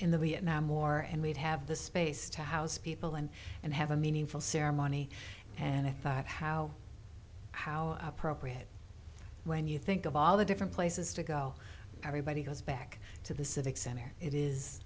in the vietnam war and we'd have the space to house people and and have a meaningful ceremony and i thought how how appropriate when you think of all the different places to go everybody goes back to the civic center it is